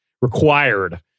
required